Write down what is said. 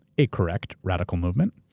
a correct radical movement.